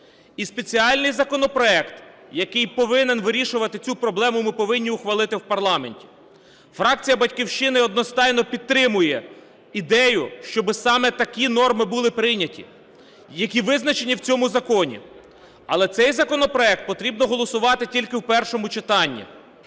І спеціальний законопроект, який повинен вирішувати цю проблему, ми повинні ухвалити в парламенті. Фракція "Батьківщина" одностайно підтримує ідею, щоб саме такі норми були прийняті, які визначені в цьому законі. Але цей законопроект потрібно голосувати тільки в першому читанні.